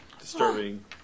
disturbing